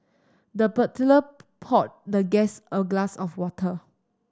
the butler poured the guest a glass of water